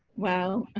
well,